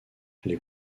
les